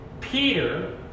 Peter